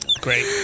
Great